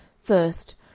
First